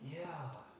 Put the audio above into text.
yeah